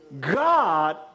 God